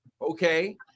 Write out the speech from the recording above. okay